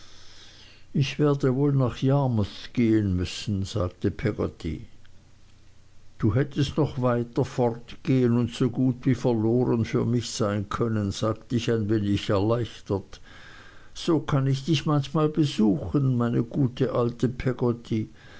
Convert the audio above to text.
ich werde wohl nach yarmouth gehen müssen sagte peggotty du hättest noch weiter fortgehen und so gut wie verloren für mich sein können sagte ich ein wenig erleichtert so kann ich dich manchmal besuchen meine gute alte peggotty